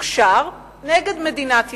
מתוקשר נגד מדינת ישראל.